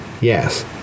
Yes